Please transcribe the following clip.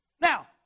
Now